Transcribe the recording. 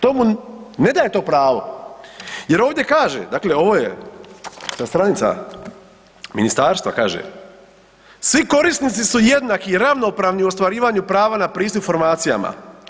To mu ne daje to pravo jer ovdje kaže, dakle ovo je ta stranica ministarstva, kaže, svi korisnici su jednaki i ravnopravni u ostvarivanju prava na pristup informacijama.